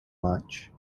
march